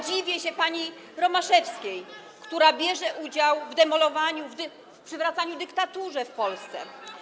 Dziwię się pani Romaszewskiej, która bierze udział w demolowaniu, w przywracaniu dyktatury w Polsce.